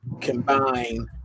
combine